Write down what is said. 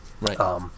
Right